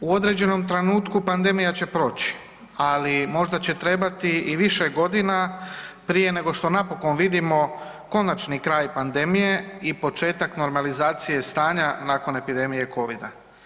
U određenom trenutku pandemija će proći, ali možda će trebati i više godina prije nego što napokon vidimo konačni kraj pandemije i početak normalizacije stanja nakon epidemije Covida.